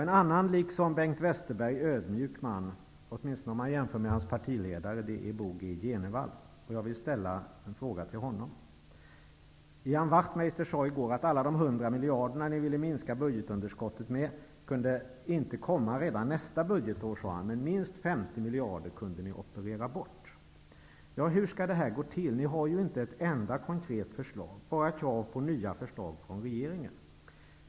En annan liksom Bengt Westerberg ödmjuk man -- åtminstone om man jämför med hans partiledare -- Ian Wachtmeister sade i går att alla de 100 miljarder ni ville minska budgetunderskottet med inte kunde komma redan nästa budgetår, men minst 50 miljarder kunde ni operera bort. Hur skall det gå till? Ni har ju inte ett enda konkret förslag, bara krav på nya förslag från regeringen.